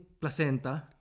placenta